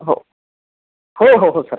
हो हो हो हो सर